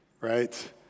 Right